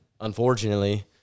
Unfortunately